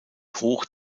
hoch